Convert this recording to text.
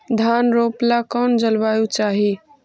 धान रोप ला कौन जलवायु चाही?